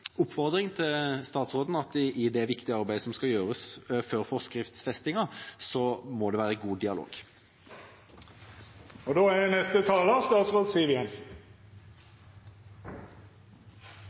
oppfordring til statsråden at det i det viktige arbeidet som skal gjøres før forskriftsfesting, må være god dialog.